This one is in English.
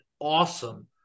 awesome